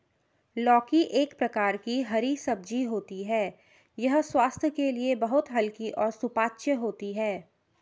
लौकी एक प्रकार की हरी सब्जी होती है यह स्वास्थ्य के लिए बहुत हल्की और सुपाच्य होती है